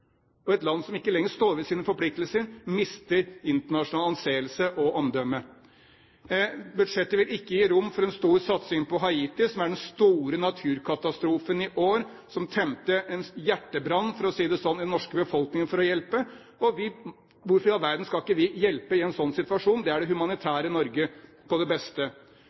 Et land som ikke står ved sine forpliktelser, mister internasjonal anseelse og omdømme. Budsjettet vil ikke gi rom for en stor satsing på Haiti, som representerer den store naturkatastrofen i år, og som tente en hjertebrann, for å si det sånn, i den norske befolkning for å hjelpe. Hvorfor i all verden skal ikke vi hjelpe i en sånn situasjon? Det er det humanitære Norge på sitt beste.